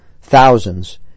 Thousands